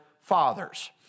fathers